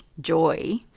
joy